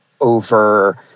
over